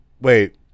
wait